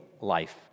life